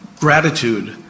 gratitude